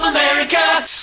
America